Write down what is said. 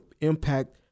impact